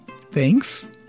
Thanks